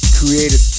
created